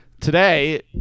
Today